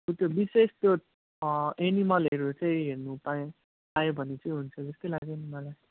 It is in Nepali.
ऊ त्यो विशेष त्यो एनिमलहरू चैँ हेर्नु पाएँ पाएँ भने चाहिँ हुन्छ जस्तै लाग्यो नि मलाई